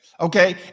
Okay